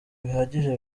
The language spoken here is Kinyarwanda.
bihagije